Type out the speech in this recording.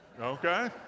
okay